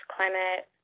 Climate